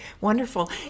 Wonderful